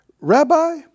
Rabbi